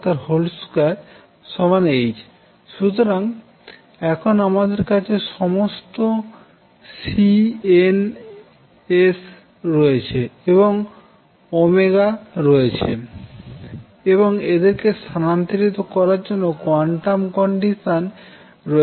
2h সুতরাং এখন আমাদের কাছে সমস্ত C ns এবংs রয়েছে এবং এদেরকে স্থানান্তরিত করার জন্য কোয়ান্টাম কন্ডিশন রয়েছে